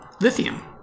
lithium